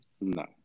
No